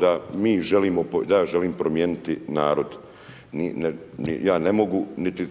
da mi želimo, da ja želim promijeniti narod. Ja ne mogu niti